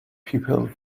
people